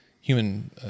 human